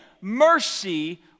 mercy